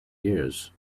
years